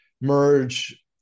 merge